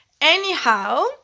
Anyhow